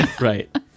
Right